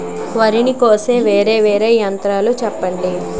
వరి ని కోసే వేరా వేరా యంత్రాలు చెప్పండి?